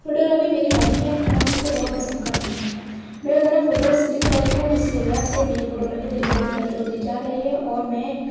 photo گرافی میری hobby ہے میں اس کو بہت پسند کرتی ہوں میرا جو ہے نا فوٹوز کلک کرتی ہوں جس کی وجہ سے میری فوٹو گرافی دن بہ دن بہتر ہوتی جا رہی ہے اور میں